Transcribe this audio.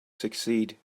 succeed